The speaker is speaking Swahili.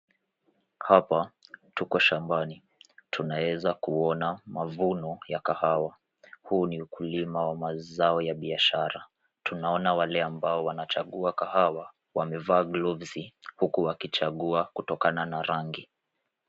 Hapa tuko shambani tunaweza kuona mavuno ya kahawa. Huu ni ukulima wa mazao ya biashara. Tunaona wale ambao wanachagua kahawa wamevaa glavu, huku wakichagua kutokana na rangi.